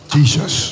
Jesus